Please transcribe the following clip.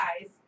guys